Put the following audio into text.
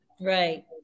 Right